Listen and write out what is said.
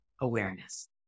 awareness